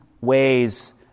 ways